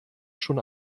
schon